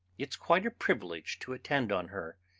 it's quite a privilege to attend on her.